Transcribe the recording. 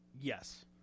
Yes